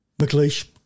McLeish